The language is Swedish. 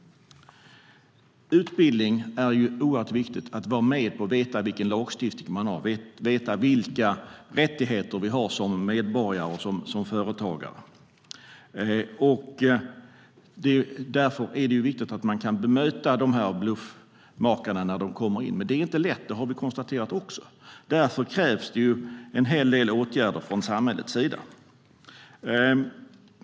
Utbildning är oerhört viktigt. Vi ska veta vilken lagstiftning som finns och vilka rättigheter vi har som medborgare och som företagare. Därför är det viktigt att man kan bemöta de här bluffmakarna när de kommer in. Men det är inte lätt, vilket vi också har konstaterat. Därför krävs det en hel del åtgärder från samhället.